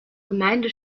gemeinde